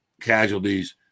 Casualties